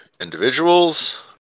individuals